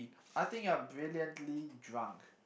I think you are brilliantly drunk